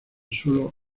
suelo